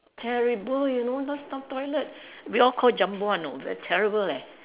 terrible you know last time toilet we all call jumbo one know very terrible leh